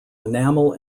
enamel